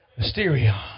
Mysterion